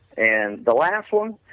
and the last one